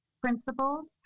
principles